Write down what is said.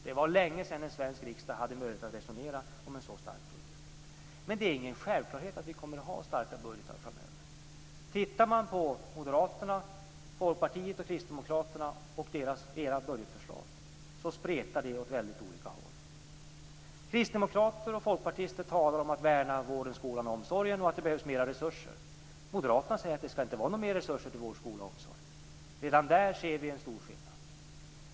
Det var länge sedan en svensk riksdag hade möjlighet att resonera om en så stark budget. Men det är ingen självklarhet att vi kommer att ha starka budgetar framöver. Tittar man på Moderaternas, Folkpartiets och Kristdemokraternas budgetförslag spretar de åt väldigt olika håll. Kristdemokrater och folkpartister talar om att värna vården, skolan och omsorgen och att det behövs mer resurser. Moderaterna säger att det inte skall vara några mer resurser till vård, skola och omsorg. Redan där ser vi en stor skillnad.